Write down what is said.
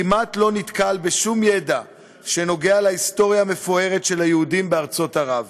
כמעט לא נתקל בשום ידע שנוגע להיסטוריה המפוארת של היהודים בארצות ערב.